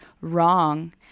wrong